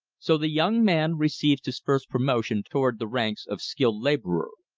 so the young man received his first promotion toward the ranks of skilled labor.